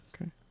okay